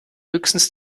höchstens